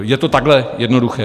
Je to takhle jednoduché.